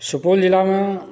सुपौल जिलामे